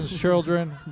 children